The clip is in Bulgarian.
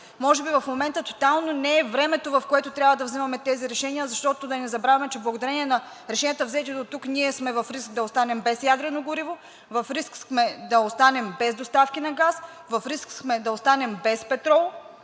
може би в момента тотално не е времето, в което трябва да взимаме тези решения, защото, да не забравяме, че благодарение на решенията взети дотук, ние сме в риск да останем без ядрено гориво, в риск сме да останем без доставки на газ, в риск сме да останем без петрол